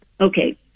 okay